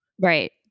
Right